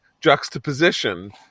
juxtaposition